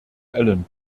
alan